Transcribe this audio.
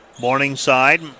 Morningside